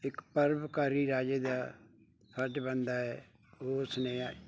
ਇਕ ਪਰਉਪਕਾਰੀ ਰਾਜੇ ਦਾ ਫਰਜ਼ ਬਣਦਾ ਹੈ ਉਹ ਉਸ ਨੇ